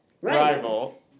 Rival